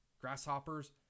grasshoppers